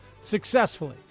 successfully